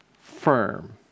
firm